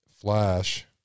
flash